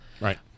Right